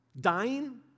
Dying